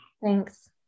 Thanks